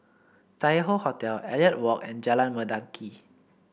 Tai Hoe Hotel Elliot Walk and Jalan Mendaki